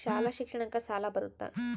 ಶಾಲಾ ಶಿಕ್ಷಣಕ್ಕ ಸಾಲ ಬರುತ್ತಾ?